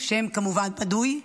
השם כמובן בדוי,